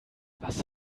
was